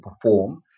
perform